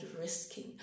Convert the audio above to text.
risking